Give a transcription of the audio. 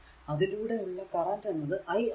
അതിലൂടെ ഉള്ള കറന്റ് എന്നത് i ആണ്